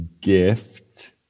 gift